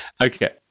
Okay